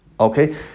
Okay